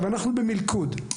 אנחנו במלכוד: